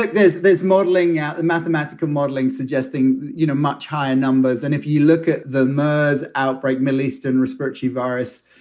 like there's there's modeling out the mathematical modelling suggesting, you know, much higher numbers. and if you look at the murres outbreak, middle eastern respiratory virus,